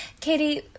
Katie